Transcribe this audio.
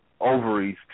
ovaries